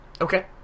Okay